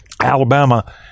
Alabama